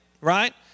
right